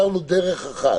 אישרנו דרך אחת,